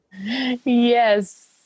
yes